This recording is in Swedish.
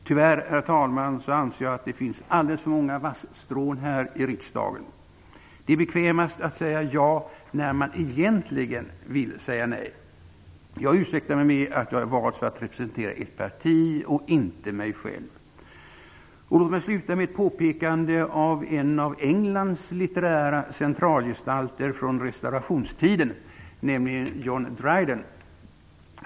Tyvärr, herr talman, finns det alldeles för många vasstrån här i riksdagen, anser jag. Det är bekvämast att säga ja när man egentligen ville säga nej. Jag ursäktar mig med att jag valts för att representera ett parti och inte mig själv. Låt mig sluta med ett påpekande av en av Englands litterära centralgestalter från restaurationstiden, nämligen John Dryden.